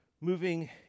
moving